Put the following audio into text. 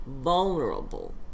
vulnerable